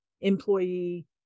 employee